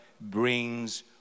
brings